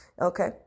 Okay